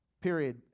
period